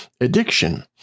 addiction